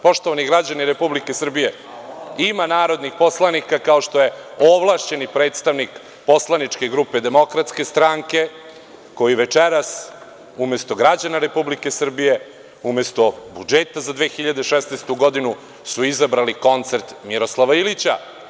Poštovani građani Republike Srbije ima narodnih poslanika kao što je ovlašćeni predstavnik poslaničke grupe DS koji večeras, umesto građana Republike Srbije, umesto budžeta za 2016. godinu su izabrali koncert Miroslava Ilića.